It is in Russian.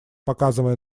показывая